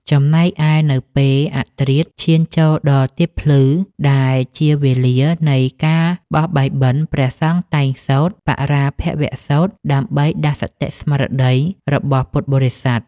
ចំណែកឯនៅពេលអធ្រាត្រឈានចូលដល់ទៀបភ្លឺ ដែលជាវេលានៃការបោះបាយបិណ្ឌ ព្រះសង្ឃតែងសូត្រ បរាភវសូត្រ ដើម្បីដាស់សតិស្មារតីរបស់ពុទ្ធបរិស័ទ។